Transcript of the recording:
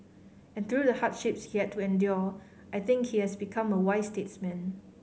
and through the hardship he had to endure I think he has become a wise statesman